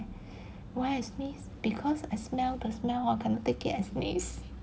why I sneeze because I smell the smell hor cannot take it I sneeze